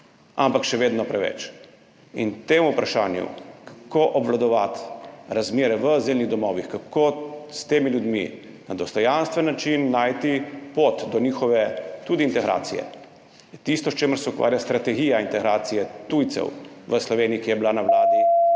ampak še vedno preveč. In temu vprašanju, kako obvladovati razmere v azilnih domovih, kako s temi ljudmi na dostojanstven način najti pot do njihove tudi integracije, je tisto, s čimer se ukvarja strategija integracije tujcev v Sloveniji, ki je bila na Vladi